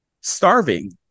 starving